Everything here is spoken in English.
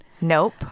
Nope